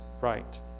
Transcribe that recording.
right